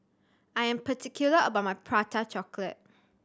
I am particular about my Prata Chocolate